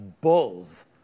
bulls